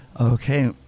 Okay